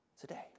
today